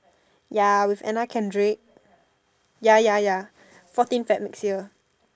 ya with Anna-Carrick ya ya ya fourteen Feb next year